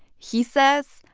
he says,